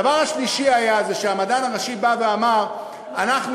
הדבר השלישי היה שהמדען הראשי בא ואמר: אנחנו